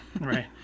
Right